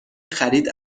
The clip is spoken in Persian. خرید